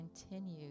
continue